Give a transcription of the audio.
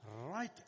right